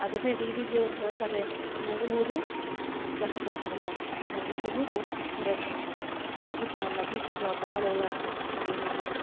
ಅದನ್ನೇ D V ಜಿಯವ್ರ್ ಹೇಳ್ತಾರೆ ನಗುವುದು ಸಹಜ ಧರ್ಮ ನಗಿಸುವುದು ಪರಧರ್ಮ ನಗುತ್ತ ನಗಿಸುವ ಬಾಳುವ ಮಿಗೆ ನೀನು